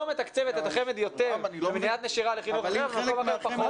מתקצבת את החמ"ד יותר למניעת נשירה לחינוך אחר ובמקום אחר פחות'.